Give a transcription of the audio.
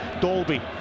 Dolby